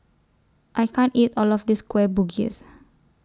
I can't eat All of This Kueh Bugis